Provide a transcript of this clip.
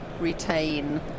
retain